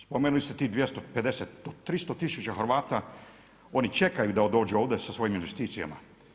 Spomenuli ste tih 250 do 300 tisuća Hrvata, oni čekaju da dođu ovdje sa svojim investicijama.